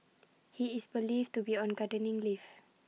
he is believed to be on gardening leave